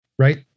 Right